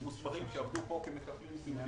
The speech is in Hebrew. רק על מי שבפיקוח משרד הבריאות?